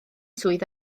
swydd